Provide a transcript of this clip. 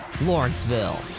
Lawrenceville